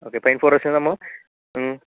okay pine forest നമ്മൾ